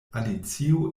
alicio